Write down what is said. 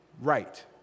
right